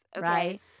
Right